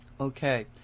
Okay